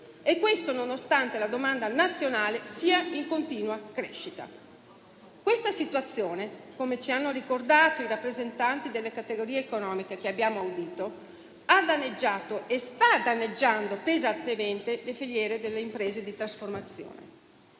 Questo nonostante la domanda nazionale sia in continua crescita. Questa situazione, come ci hanno ricordato i rappresentanti delle categorie economiche che abbiamo audito, ha danneggiato e sta danneggiando pesantemente le filiere delle imprese di trasformazione.